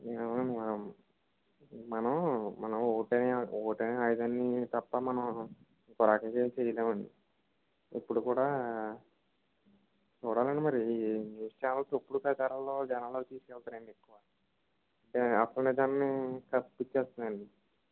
మనం మనము ఓటనే ఓటనే ఆయుధాన్ని తప్ప మనం ఏమి చేయలేమండి ఇప్పుడు కూడా చూడాలండి మరి ఈ న్యూస్ చానెల్స్ ఎప్పుడూ ప్రచారాల్లో జనాల్లోకి తీసుకెళ్తారండి అసలు నిజాన్ని కప్పిపుచ్చేస్తున్నాయండి